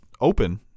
open